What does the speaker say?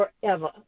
forever